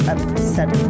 Upset